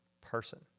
person